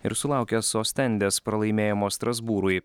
ir sulaukęs ostendės pralaimėjimo strasbūrui